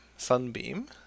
Sunbeam